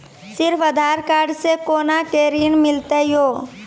सिर्फ आधार कार्ड से कोना के ऋण मिलते यो?